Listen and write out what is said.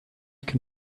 can